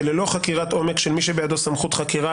שללא חקירת עומק של מי שבידו סמכות חקירה,